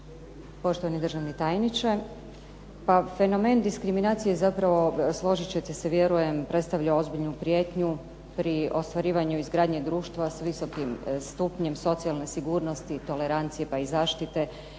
poštovani državni tajniče. Pa fenomen diskriminacije zapravo složit ćete se vjerujem predstavlja ozbiljnu prijetnju pri ostvarivanju izgradnje društva s visokim stupnjem socijalne sigurnosti, tolerancije pa i zaštite